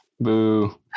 Boo